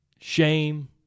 Shame